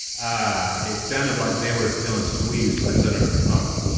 ah it sounded like they were feeling squeezed by senator mcconnell